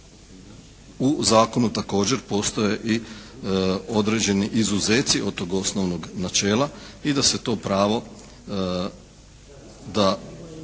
u zakonu također postoje i određeni izuzeci od tog osnovnog načela i da se to pravo da